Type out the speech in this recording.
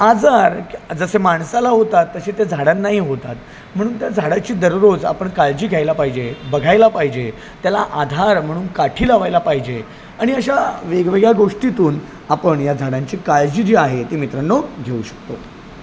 आजार जसे माणसाला होतात तसे त्या झाडांनाही होतात म्हणून त्या झाडाची दररोज आपण काळजी घ्यायला पाहिजे बघायला पाहिजे त्याला आधार म्हणून काठी लावायला पाहिजे आणि अशा वेगवेगळ्या गोष्टीतून आपण या झाडांची काळजी जी आहे ती मित्रांनो घेऊ शकतो